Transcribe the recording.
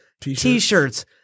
T-shirts